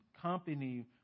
company